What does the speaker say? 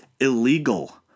illegal